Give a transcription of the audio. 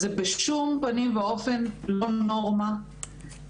זה בשום פנים ואופן לא נורמה.